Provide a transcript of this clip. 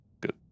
Good